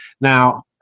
Now